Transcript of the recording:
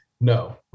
No